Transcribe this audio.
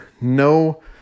no